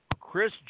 Chris